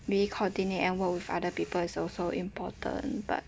maybe coordinate and work with other people is also important but